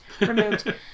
removed